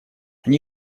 они